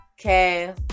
Okay